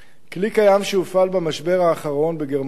כלי קיים שהופעל במשבר האחרון בגרמניה,